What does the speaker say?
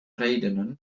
redenen